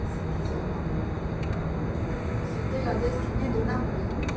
cet isolement c'était la destinée de napoléon